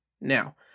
Now